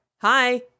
hi